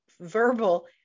verbal